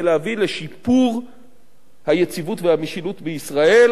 להביא לשיפור היציבות והמשילות בישראל,